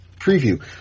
preview